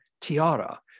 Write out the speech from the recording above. tiara